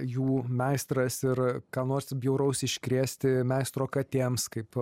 jų meistras ir ką nors bjauraus iškrėsti meistro katėms kaip